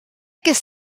ges